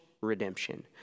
redemption